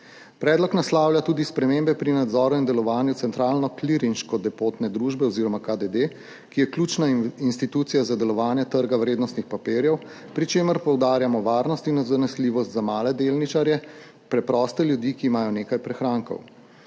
Predlog naslavlja tudi spremembe pri nadzoru in delovanju Centralne klirinške depotne družbe oziroma KDD, ki je ključna institucija za delovanje trga vrednostnih papirjev, pri čemer poudarjamo varnost in zanesljivost za male delničarje, preproste ljudi, ki imajo nekaj prihrankov.